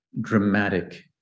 dramatic